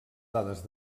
dades